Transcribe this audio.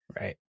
Right